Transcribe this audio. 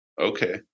Okay